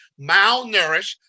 malnourished